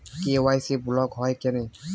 KYC block হয় কেনে?